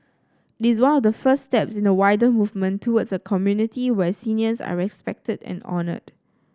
it is one of the first steps in a wider movement towards a community where seniors are respected and honoured